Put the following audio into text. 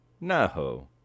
No